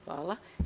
Hvala.